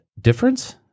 difference